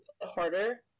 harder